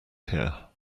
here